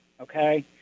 okay